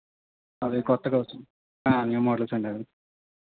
అవి కొత్తగా వచ్చింది న్యూ మోడల్స్ అండి అవి